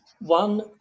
one